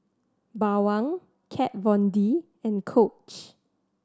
Bawang Kat Von D and Coach